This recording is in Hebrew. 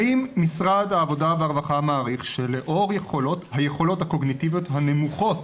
האם משרד העבודה והרווחה מעריך שבשל היכולות הקוגניטיביות הנמוכות